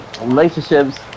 Relationships